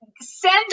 send